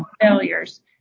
failures